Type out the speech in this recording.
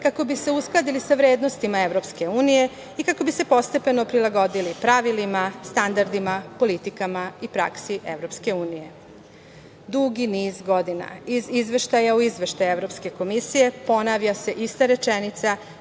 kako bi se uskladili sa vrednostima EU i kako bi se postepeno prilagodili pravilima, standardima, politikama i praksi EU.Dugi niz godina, iz izveštaja u izveštaj Evropske komisije, ponavlja se ista rečenica